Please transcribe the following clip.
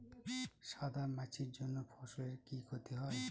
সাদা মাছির জন্য ফসলের কি ক্ষতি হয়?